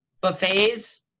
Buffets